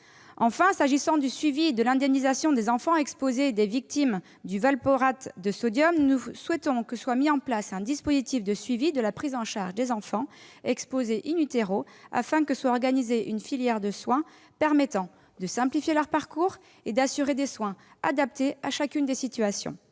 Enfin, s'agissant du suivi et de l'indemnisation des enfants exposés et des victimes du valproate de sodium, nous souhaitons que soit mis en place un dispositif de suivi de la prise en charge des enfants exposés, afin que soit organisée une filière de soins permettant de simplifier leur parcours et d'assurer des soins adaptés à chacune des situations.